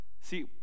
See